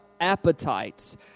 appetites